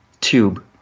tube